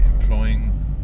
employing